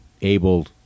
able